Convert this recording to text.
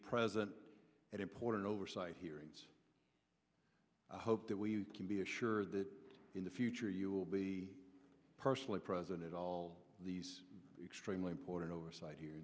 present at important oversight hearings i hope that we can be assured that in the future you will be personally present at all these extremely important oversight he